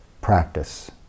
practice